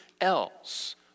else